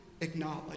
acknowledge